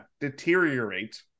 deteriorate